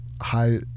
high